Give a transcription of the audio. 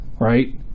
Right